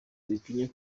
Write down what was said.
witinya